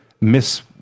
miss